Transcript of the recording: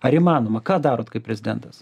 ar įmanoma ką darot kaip prezidentas